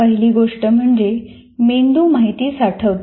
पहिली गोष्ट म्हणजे मेंदू माहिती साठवतो